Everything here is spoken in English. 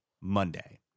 monday